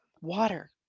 water